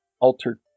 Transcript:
altered